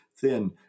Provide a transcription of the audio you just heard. thin